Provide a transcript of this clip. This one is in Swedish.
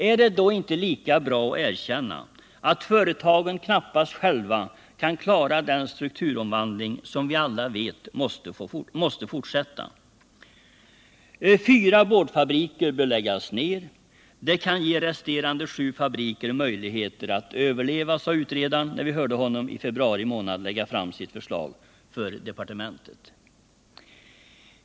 Är det då inte lika bra att erkänna att företagen knappast själva kan klara den strukturomvandling som vi alla vet måste fortsätta? Fyra boardfabriker bör läggas ner, eftersom det kan ge de resterande sju fabrikerna möjligheter att överleva, sade utredaren när vi i februari månad hörde honom lägga fram sitt förslag för industridepartementet.